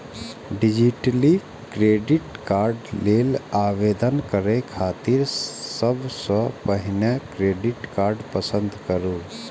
digitally credit card लेल आवेदन करै खातिर सबसं पहिने क्रेडिट कार्ड पसंद करू